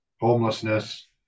homelessness